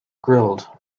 grilled